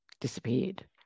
disappeared